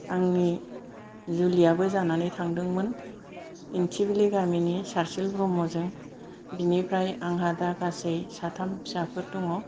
आंनि जुलियाबो जानानै थांदोंमोन इन्थिबिलि गामिनि सार्सिल ब्रह्मजों बिनिफ्राय आंहा दा गासै साथाम फिसाफोर दङ